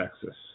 Texas